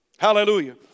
Hallelujah